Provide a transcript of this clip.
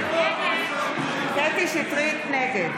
נגד